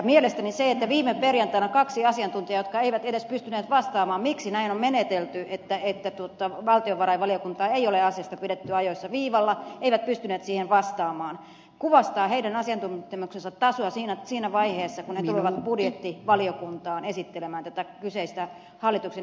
mielestäni se että viime perjantaina kaksi asiantuntijaa ei edes pystynyt vastaamaan miksi näin on menetelty että valtiovarainvaliokuntaa ei ole asiasta pidetty ajoissa viivalla kuvastaa heidän asiantuntemuksensa tasoa siinä vaiheessa kun he tulevat budjettivaliokuntaan esittelemään tätä kyseistä hallituksen esitystä